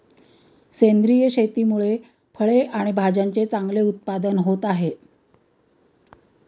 सेंद्रिय शेतीमुळे फळे आणि भाज्यांचे चांगले उत्पादन होत आहे